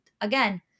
again